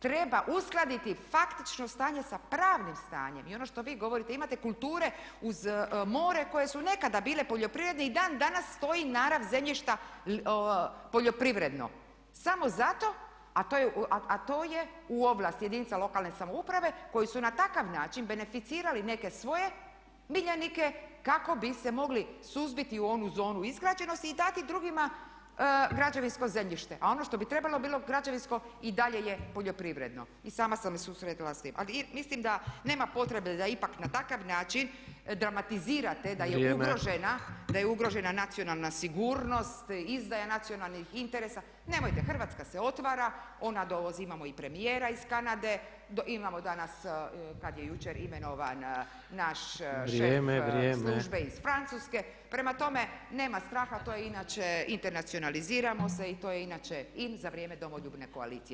Treba uskladiti faktično stanje sa pravnim stanjem i ono što vi govorite imate kulture uz more koje su nekada bile poljoprivredne i dan danas stoji narav zemljišta poljoprivredno, samo zato a to je u ovlasti jedinica lokalne samouprave koji su na takav način beneficirali neke svoje miljenike kako bi se mogli suzbiti u onu zonu izgrađenosti i dati drugima građevinsko zemljište a ono što bi trebalo bilo bi građevinsko i dalje je poljoprivredno i sama sam se susretala s tim a mislim da nema potrebe da ipak na takav način dramatizirate da je ugrožena nacionalna sigurnost, izdaja nacionalnih interesa, nemojte, Hrvatska se otvara, ona dovozi, imamo i premijera iz Kanade, imamo danas kad je jučer imenovan naš šef službe iz Francuske, prema tome, nema straha to je inače internacionaliziramo se i to je inače in za vrijeme Domoljubne koalicije.